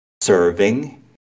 serving